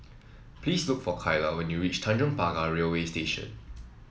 please look for Kylah when you reach Tanjong Pagar Railway Station